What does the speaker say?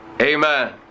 Amen